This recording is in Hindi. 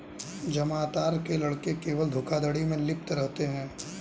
जामतारा के लड़के केवल धोखाधड़ी में लिप्त रहते हैं